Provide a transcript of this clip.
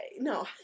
no